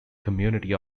community